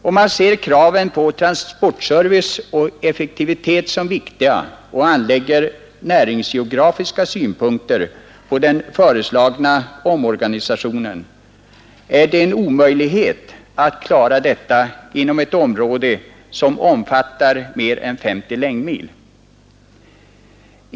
Om man bedömer kraven på transportservice och effektivitet som viktiga och anlägger en näringsgeografisk synpunkt på den föreslagna omorganisationen är det en omöjlighet att klara detta inom ett område som omfattar mer än 50 längdmil.